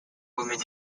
woman